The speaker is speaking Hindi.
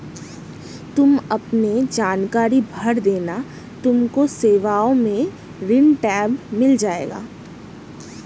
तुम अपने जानकारी भर देना तुमको सेवाओं में ऋण टैब मिल जाएगा